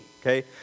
okay